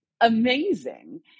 amazing